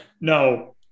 No